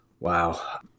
Wow